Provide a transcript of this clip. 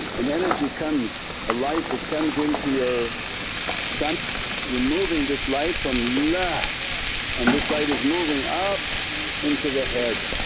an energy comes a light that comes into your stomach you're moving this light from la and this light is moving up into the head.